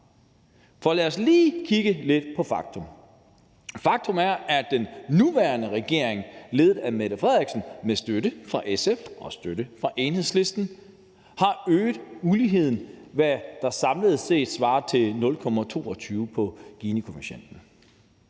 For lad os lige kigge lidt på faktum. Faktum er, at den nuværende regering ledet af Mette Frederiksen med støtte fra SF og støtte fra Enhedslisten har øget uligheden med, hvad der samlet set svarer til 0,22 på Ginikoefficienten.